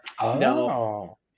no